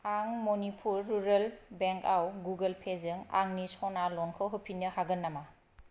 आं Manipur rural bank आव Google pay जों आंनि सना ल'न खौ होफिननो हागोन नामा